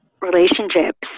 relationships